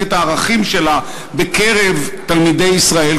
את הערכים שלה בקרב תלמידי ישראל,